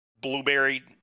blueberry